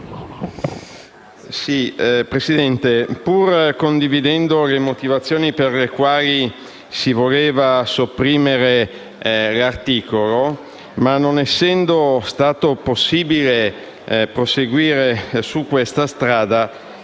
Presidente, pur condividendo le motivazioni per le quali si voleva sopprimere l'articolo 32, e non essendo stato possibile proseguire su questa strada,